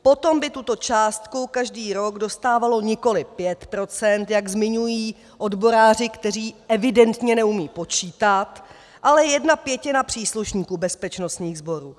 Potom by tuto částku každý rok dostávalo nikoliv 5 %, jak zmiňují odboráři, kteří evidentně neumějí počítat, ale jedna pětina příslušníků bezpečnostních sborů.